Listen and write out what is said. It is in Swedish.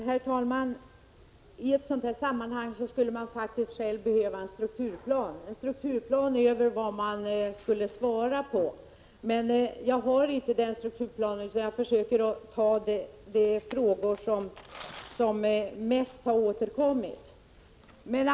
Herr talman! I en sådan här situation skulle man faktiskt själv behöva en strukturplan över vad man skall svara på. Jag har emellertid inte någon sådan utan försöker ta de frågor som har återkommit mest.